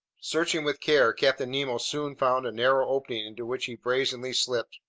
searching with care, captain nemo soon found a narrow opening into which he brazenly slipped,